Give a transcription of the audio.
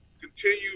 continue